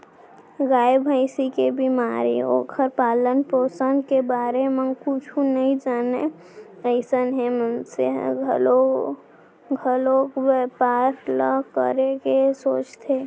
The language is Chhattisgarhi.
गाय, भँइसी के बेमारी, ओखर पालन, पोसन के बारे म कुछु नइ जानय अइसन हे मनसे ह घलौ घलोक बैपार ल करे के सोचथे